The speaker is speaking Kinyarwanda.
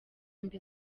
mbi